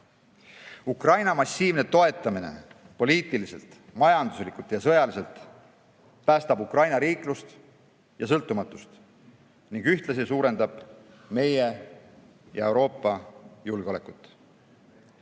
Ukraina massiivne toetamine poliitiliselt, majanduslikult ja sõjaliselt päästab Ukraina riikluse ja sõltumatuse ning ühtlasi suurendab meie ja Euroopa julgeolekut.